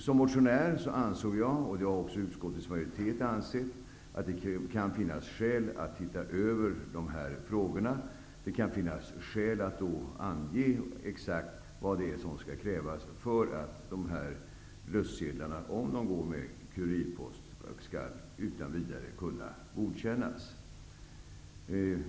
Som motionär ansåg jag, liksom också utskottets majoritet, att det kanske kan finnas skäl att se över dessa frågor och att exakt ange vad som skall krävas för att sådana här röstsedlar, om de går med kurirpost, utan vidare skall kunna godkännas.